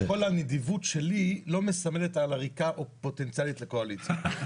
וכל הנדיבות שלי לא מסמנת על עריקה פוטנציאלית לקואליציה.